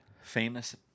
Famous